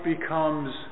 becomes